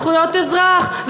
זכויות אזרח,